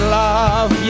love